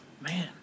man